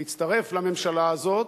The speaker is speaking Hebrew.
להצטרף לממשלה הזאת,